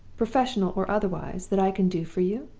professional or otherwise, that i can do for you